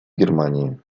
германии